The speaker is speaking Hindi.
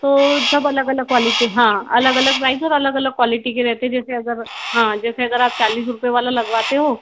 तो सब अलग अलग क्वालिटी हाँ अलग अलग प्राइज़ और अलग अलग क्वालिटी तो सब अलग अलग क्वालिटी के रहते जैसे कि अगर हाँ जैसे अगर आप चालीस रूपए वाला लगवाते हो